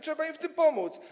Trzeba im w tym pomóc.